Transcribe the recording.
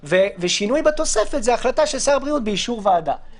כי בשיחת טלפון עם אחד ממנכ"לי החברות הוא אמר שזה קיים להם היום,